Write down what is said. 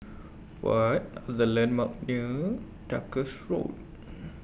What Are The landmarks near Duchess Road